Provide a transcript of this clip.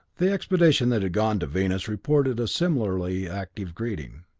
the expedition that had gone to venus reported a similarly active greeting.